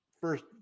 first